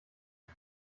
die